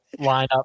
lineup